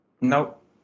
Nope